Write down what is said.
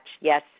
Yes